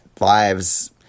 lives